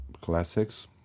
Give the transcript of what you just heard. classics